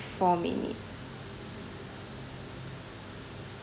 four minute